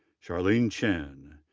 charlene chen,